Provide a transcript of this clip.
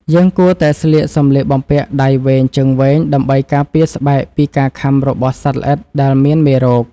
យើងគួរតែស្លៀកសម្លៀកបំពាក់ដៃវែងជើងវែងដើម្បីការពារស្បែកពីការខាំរបស់សត្វល្អិតដែលមានមេរោគ។